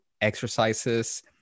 exercises